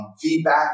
feedback